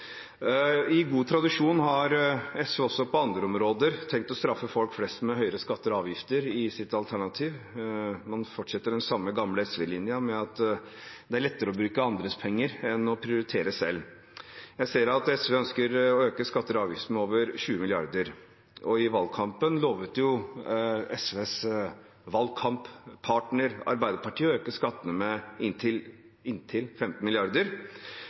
I god tradisjon har SV også på andre områder tenkt å straffe folk flest med høyere skatter og avgifter i sitt alternativ. Man fortsetter den samme gamle SV-linjen med at det er lettere å bruke andres penger enn å prioritere selv. Jeg ser at SV ønsker å øke skatter og avgifter med over 20 mrd. kr, og i valgkampen lovet SVs valgkamppartner, Arbeiderpartiet, å øke skattene med inntil 15